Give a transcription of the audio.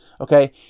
okay